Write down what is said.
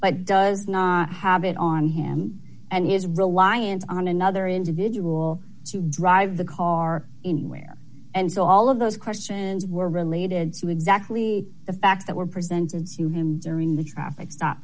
but does not have it on him and his reliance on another individual to drive the car anywhere and so all of those questions were related to exactly the facts that were present and see him during the traffic stop